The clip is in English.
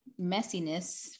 messiness